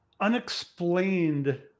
unexplained